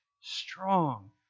strong